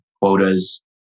quotas